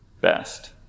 best